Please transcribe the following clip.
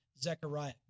Zechariah